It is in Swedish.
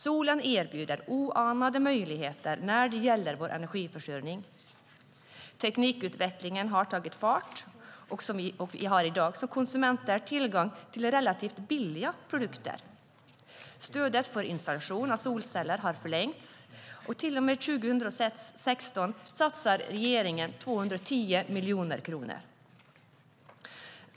Solen erbjuder oanade möjligheter när det gäller vår energiförsörjning. Teknikutvecklingen har tagit fart, och vi har i dag som konsumenter tillgång till relativt billiga produkter. Stödet för installation av solceller har förlängts, och till och med 2016 satsar regeringen 210 miljoner kronor.